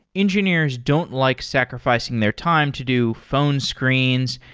engineers don't like sacrifi cing their time to do phone screens,